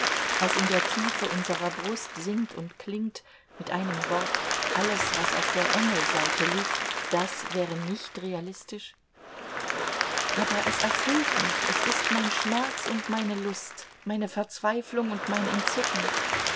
was in der tiefe unserer brust singt und klingt mit einem wort alles was auf der engelseite liegt das wäre nicht realistisch aber es erfüllt mich es ist mein schmerz und meine lust meine verzweiflung und mein entzücken